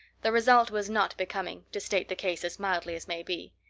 the result was not becoming, to state the case as mildly as may be.